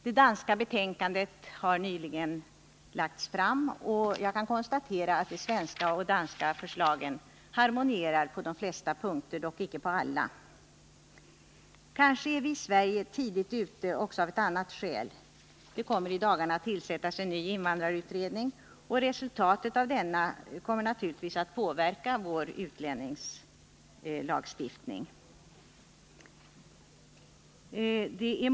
Det danska betänkandet har nyligen lagts fram, och jag kan konstatera att de svenska och danska förslagen harmonierar på de flesta punkter, dock icke på alla. Kanske är vi i Sverige tidigt ute av ett annat skäl: det kommer i dagarna att tillsättas en ny invandrarutredning, och resultaten av denna kommer naturligtvis att påverka vår utlänningslagstiftning.